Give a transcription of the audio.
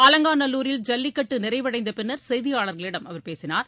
அலங்காநல்லூரில் ஜல்லிக்கட்டு நிறைவடைந்த பின்னர் செயதியாளர்களிடம் அவர் பேசினார்